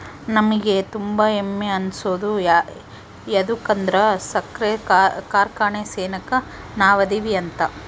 ನಮಿಗೆ ತುಂಬಾ ಹೆಮ್ಮೆ ಅನ್ಸೋದು ಯದುಕಂದ್ರ ಸಕ್ರೆ ಕಾರ್ಖಾನೆ ಸೆನೆಕ ನಾವದಿವಿ ಅಂತ